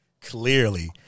Clearly